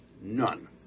None